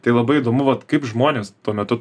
tai labai įdomu vat kaip žmonės tuo metu